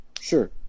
Sure